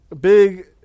big